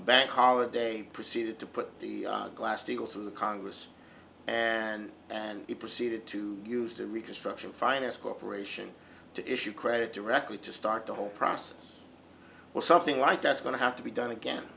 bank holiday proceeded to put the glass steagall through the congress and and he proceeded to use the reconstruction finance corporation to issue credit directly to start the whole process or something like that's going to have to be done again